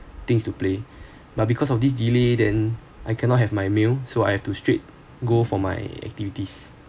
things to play but because of this delay then I cannot have my meal so I have to straight go for my activities